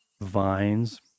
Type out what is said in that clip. vines